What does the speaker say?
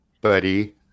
buddy